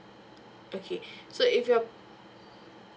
okay so if you're